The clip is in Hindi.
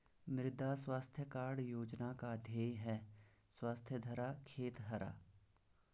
मृदा स्वास्थ्य कार्ड योजना का ध्येय है स्वस्थ धरा, खेत हरा